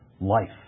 life